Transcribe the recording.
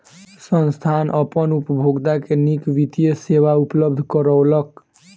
संस्थान अपन उपभोगता के नीक वित्तीय सेवा उपलब्ध करौलक